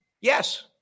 Yes